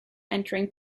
entering